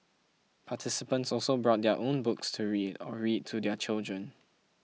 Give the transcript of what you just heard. participants also brought their own books to read or read to their children